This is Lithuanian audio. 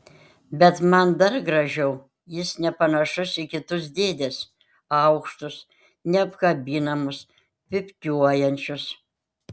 bet man dar gražiau jis nepanašus į kitus dėdes aukštus neapkabinamus pypkiuojančius